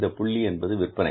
இந்த புள்ளி என்பது விற்பனை